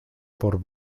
por